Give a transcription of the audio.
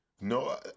No